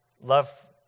love